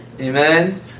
Amen